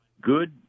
good